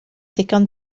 ddigon